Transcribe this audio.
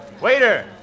Waiter